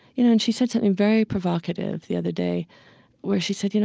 you know and she said something very provocative the other day where she said, you know